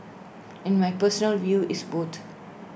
and my personal view is boat